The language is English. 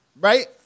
right